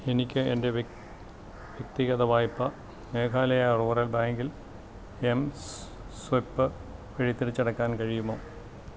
എനിക്ക് എന്റെ വ്യക്തിഗത വായ്പ്പ മേഘാലയ റൂറൽ ബാങ്കിൽ എംസ്വെപ്പ് വഴി തിരിച്ചടയ്ക്കാൻ കഴിയുമോ